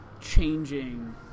changing